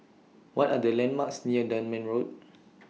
What Are The landmarks near Dunman Road